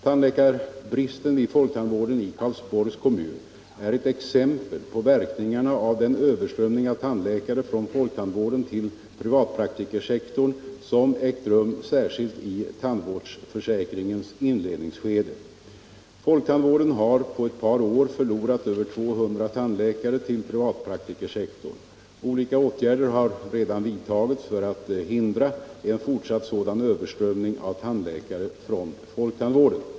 Tandläkarbristen vid folktandvården i Karlsborgs kommun är ett exempel på verkningarna av den överströmning av tandläkare från folktandvården till privatpraktikersektorn som ägt rum särskilt i tandvårdsförsäkringens inledningsskede. Folktandvården har på ett par år förlorat över 200 tandläkare till privatpraktikersektorn. Olika åtgärder har redan vidtagits för att hindra en fortsatt sådan överströmning av tandläkare från folktandvården.